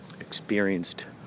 experienced